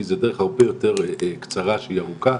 כי זה דרך הרבה יותר קצרה שהיא ארוכה.